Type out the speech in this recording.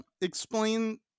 explain